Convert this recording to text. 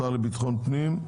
השר לביטחון פנים.